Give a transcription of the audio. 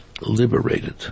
liberated